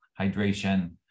hydration